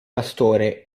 pastore